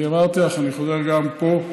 אמרתי לך ואני חוזר גם פה: